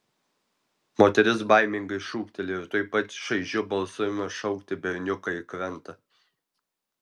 moteris baimingai šūkteli ir tuoj pat šaižiu balsu ima šaukti berniuką į krantą